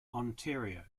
ontario